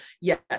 yes